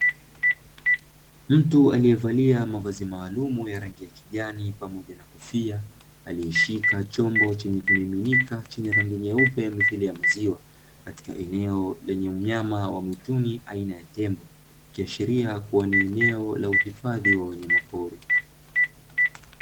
Mtu aliyevalia mavazi maalumu ya rangi ya kijani pamoja na kofia aliyeshika chombo chenye kimiminika chenye rangi nyeupe mithili ya maziwa; katika eneo lenye myama wa mwituni aina ya tembo, ikiashiria kubwa ni eneo la huhifadhi wa wanyama pori.